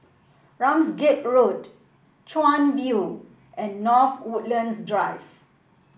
Ramsgate Road Chuan View and North Woodlands Drive